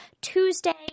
tuesday